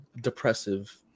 depressive